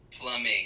plumbing